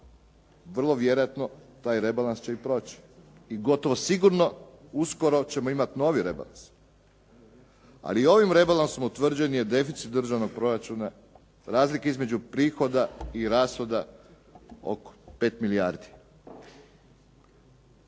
vrlo vjerojatno taj rebalans će i proći. I gotovo sigurno uskoro ćemo imati novi rebalans, ali ovim rebalansom utvrđen je deficit državnog proračuna, razlike između prihoda i rashoda oko 5 milijardi.